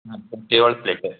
ಹಾಂ ಒಟ್ಟು ಏಳು ಪ್ಲೇಟ